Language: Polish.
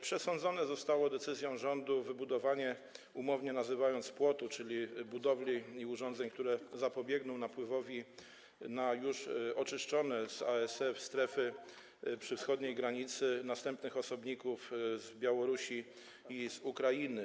Decyzją rządu zostało przesądzone wybudowanie - umownie nazywając - płotu, czyli budowli i urządzeń, które zapobiegną napływowi do już oczyszczonych z ASF stref przy wschodniej granicy następnych osobników z Białorusi i z Ukrainy.